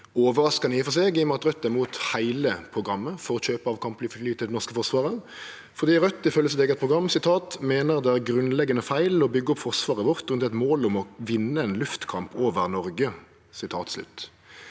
overraskande, i og med at Raudt er imot heile programmet for kjøp av kampfly til det norske Forsvaret, fordi Raudt, ifølgje sitt eige program, «mener det er grunnleggende feil å bygge opp forsvaret vårt rundt et mål om å vinne en luftkamp over Norge».